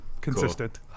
consistent